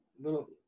little –